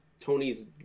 Tony's